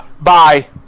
Bye